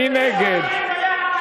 מי נגד?